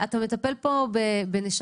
אתה מטפל פה בנשמות,